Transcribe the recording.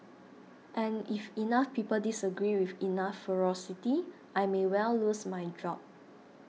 and if enough people disagree with enough ferocity I may well lose my job